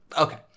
Okay